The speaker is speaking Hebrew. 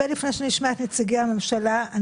הרבה לפני שנשמע את נציגי הממשלה,